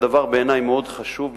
זה בעיני דבר מאוד חשוב,